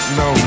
no